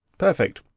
perfect.